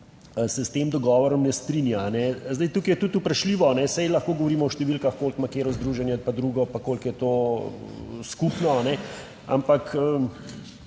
se s tem dogovorom ne strinja. Zdaj, tukaj je tudi vprašljivo, saj lahko govorimo o številkah, koliko ima katero združenje pa drugo, pa koliko je to skupno, ampak